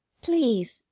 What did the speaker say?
please,